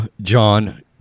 John